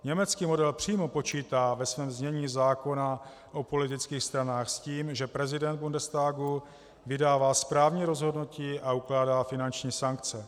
Německý model přímo počítá ve svém znění zákona o politických stranách s tím, že prezident Bundestagu vydává správní rozhodnutí a ukládá finanční sankce.